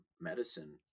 medicine